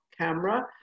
camera